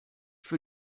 für